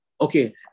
Okay